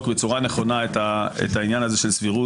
בצורה נכונה את העניין הזה של סבירות?